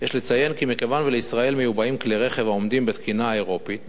יש לציין כי מכיוון שלישראל מיובאים כלי-רכב העומדים בתקינה האירופית,